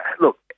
Look